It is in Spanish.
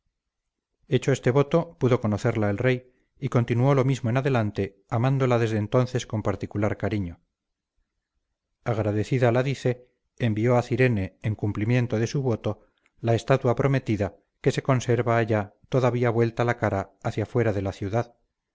hecho este voto pudo conocerla el rey y continuó lo mismo en adelante amándola desde entonces con particular cariño agradecida ladice envió a cirene en cumplimiento de su voto la estatua prometida que se conserva allá todavía vuelta la cara hacia afuera de la ciudad